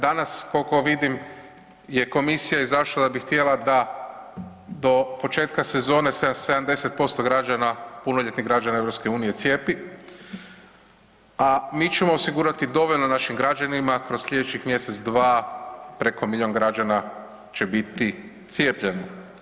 Danas koliko vidim je Komisija izašla jer bi htjela da do početka sezone se 70% građana, punoljetnih građana EU cijepi, a mi ćemo osigurati dovoljno našim građanima kroz sljedećih mjesec dva, preko milijun građana će biti cijepljen.